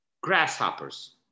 grasshoppers